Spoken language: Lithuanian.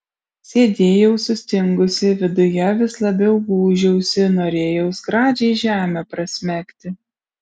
sėdėjau sustingusi viduje vis labiau gūžiausi norėjau skradžiai žemę prasmegti